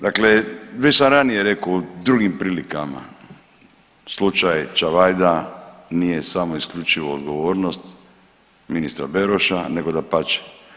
Dakle, već sam ranije rekao u drugim prilikama slučaj Čavajda nije samo isključivo odgovornost ministra Beroša, nego dapače.